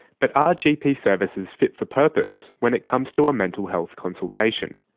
but are gp services fit for purpose when it comes to a mental health consultation?